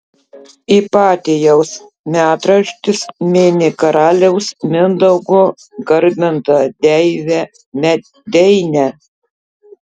ipatijaus metraštis mini karaliaus mindaugo garbintą deivę medeinę